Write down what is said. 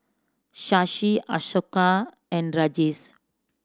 Shashi Ashoka and Rajesh